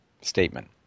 statement